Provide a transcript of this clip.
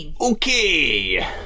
Okay